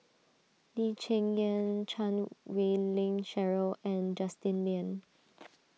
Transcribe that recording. Lee Cheng Yan Chan Wei Ling Cheryl and Justin Lean